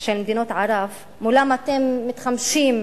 של מדינות ערב, שמולם אתם מתחמשים,